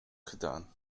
gedaan